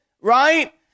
right